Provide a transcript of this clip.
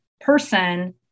person